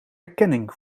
erkenning